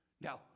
Now